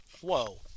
Whoa